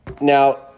now